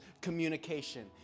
communication